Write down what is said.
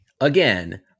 again